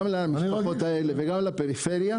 גם למשפחות האלה וגם לפריפריה,